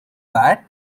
bad